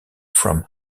from